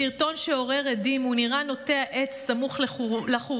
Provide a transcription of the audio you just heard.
בסרטון שעורר הדים הוא נראה נוטע עץ סמוך לחורבות